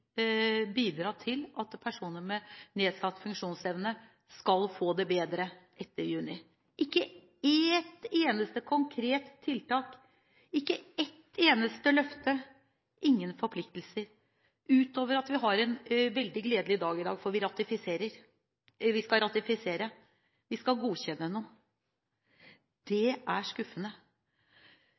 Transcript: bidra til at personer med nedsatt funksjonsevne skal få det bedre etter juni. Ikke ett eneste konkret tiltak. Ikke ett eneste løfte. Ingen forpliktelser – utover at vi har en veldig gledelig dag i dag fordi vi skal ratifisere, vi skal godkjenne noe. Det er skuffende.